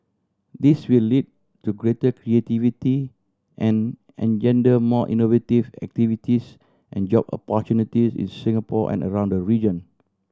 this will lead to greater creativity and engender more innovative activities and job opportunities in Singapore and around the region